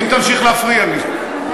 אם תמשיך להפריע לי.